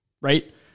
right